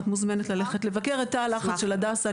את מוזמנת ללכת לבקר בתא הלחץ של הדסה.